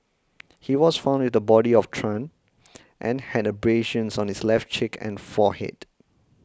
he was found with the body of Tran and had abrasions on his left cheek and forehead